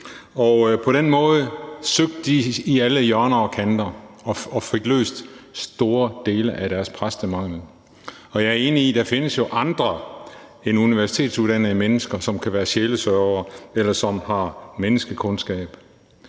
På den måde søgte de i alle hjørner og kanter og fik løst det i forhold til store dele af deres præstemangel, og jeg er enig i, at der findes andre end universitetsuddannede mennesker, som kan være sjælesørgere, eller som har menneskekundskab.